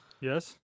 Yes